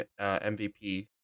MVP